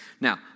Now